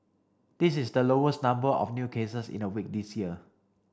this is the lowest number of new cases in a week this year